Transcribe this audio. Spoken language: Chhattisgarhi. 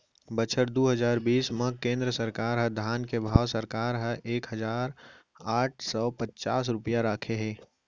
बछर दू हजार बीस म केंद्र सरकार ह धान के भाव सरकार ह एक हजार आठ सव पचास रूपिया राखे हे